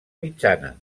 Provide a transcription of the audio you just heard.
mitjana